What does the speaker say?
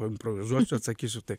paimprovizuosiu atsakysiu taip